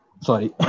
Sorry